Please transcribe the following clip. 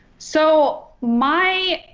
so my